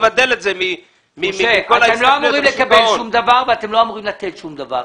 אתם לא אמורים לקבל שום דבר ואתם לא אמורים לתת שום דבר.